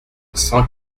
cent